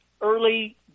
early